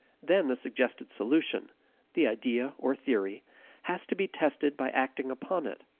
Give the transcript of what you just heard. then the suggested solution the idea or theory has to be tested by acting upon it.